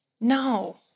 No